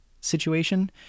situation